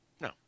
No